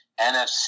NFC